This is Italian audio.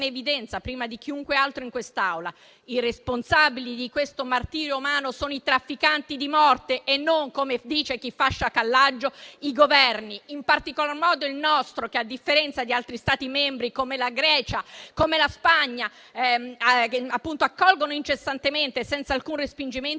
evidenza prima di chiunque altro in quest'Aula: i responsabili di questo martirio umano sono i trafficanti di morte e non, come dice chi fa sciacallaggio, i Governi, in particolar modo il nostro, che, a differenza di altri Stati membri, come la Grecia o la Spagna, accolgono incessantemente e senza alcun respingimento